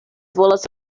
volas